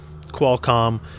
Qualcomm